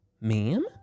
ma'am